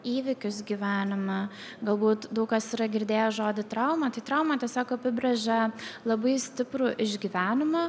įvykius gyvenime galbūt daug kas yra girdėjęs žodį trauma tai trauma tiesiog apibrėžia labai stiprų išgyvenimą